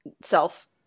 self